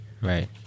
Right